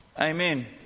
Amen